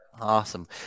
awesome